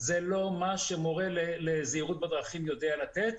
זה לא מה שמורה לזהירות בדרכים יודע לתת.